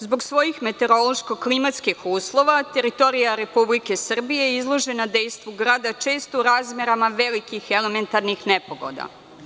Zbog svojih meteorološko – klimatskih uslova teritorija Republike Srbije je izložena dejstvu grada često u razmerama velikih elementarnih nepogoda.